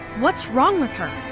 what's wrong with her?